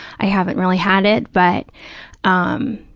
i haven't really had it. but um